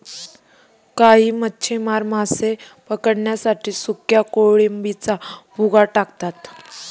काही मच्छीमार मासे पकडण्यासाठी सुक्या कोळंबीचा भुगा टाकतात